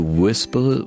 whisper